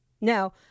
Now